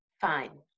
Fine